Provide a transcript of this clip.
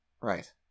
Right